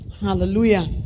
Hallelujah